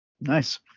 nice